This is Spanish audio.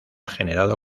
generado